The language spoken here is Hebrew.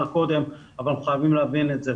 קודם אבל אנחנו חייבים להבין את זה.